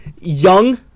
young